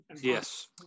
yes